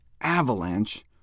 avalanche